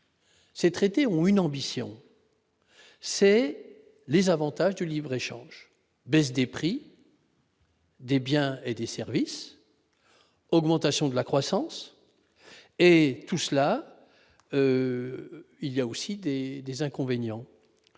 ces traités ont une ambition, c'est les avantages du libre-échange, baisse des prix. Des biens et des services, augmentation de la croissance et tout cela, il y a aussi des inconvénients,